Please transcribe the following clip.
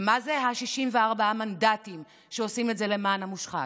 ומה זה ה-64 מנדטים שעושים את זה למען המושחת?